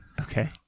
Okay